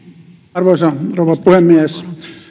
arvoisa rouva puhemies